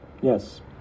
Yes